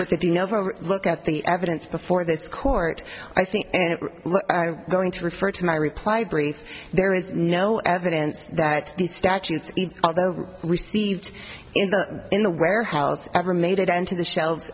know look at the evidence before this court i think and i'm going to refer to my reply brief there is no evidence that the statutes although received in the in the warehouse never made it into the shelves